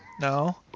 No